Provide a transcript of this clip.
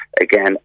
Again